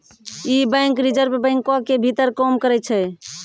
इ bank reserve बैंको के भीतर काम करै छै